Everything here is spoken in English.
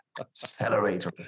accelerator